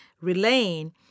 relaying